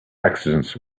accidents